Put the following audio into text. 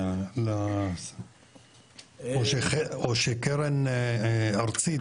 או שקרן ארצית,